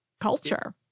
culture